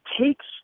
takes